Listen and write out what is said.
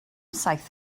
saith